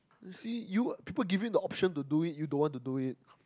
see you people give you the option to do it you don't want to do it